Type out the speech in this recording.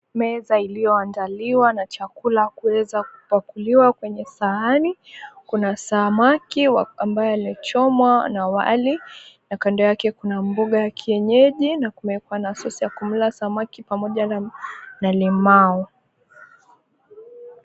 Meza iliyoandaliwa na chakula kuweza kuweka kwenye sahani kuna samaki wa ambaye amechoma na wali, kando yake kuna mboga ya kienyeji kumeweka na sosi ya kumla samaki pamoja na limau.